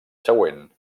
següent